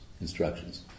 instructions